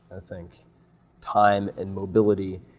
ah think time and mobility,